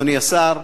אדוני השר,